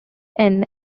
inn